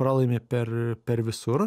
pralaimi per per visur